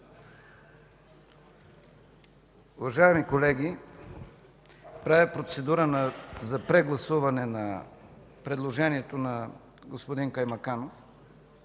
Уважаеми колеги, правя процедура за прегласуване на предложението на господин Каймаканов,